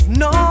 no